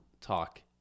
talk